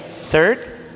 Third